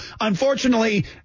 Unfortunately